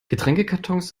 getränkekartons